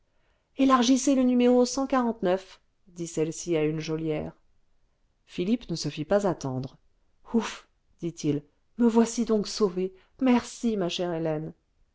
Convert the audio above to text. élargissez le n dit celle-ci à nue geôlière philippe ne se fît pas attendre ce ouf dit-il mes voici donc sauvé merci ma chère hélène